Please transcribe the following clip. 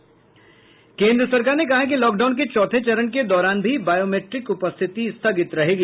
केन्द्र सरकार ने कहा है कि लॉकडाउन के चौथे चरण के दौरान भी बायोमेट्रिक उपस्थिति स्थगित रहेगी